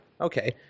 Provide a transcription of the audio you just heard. okay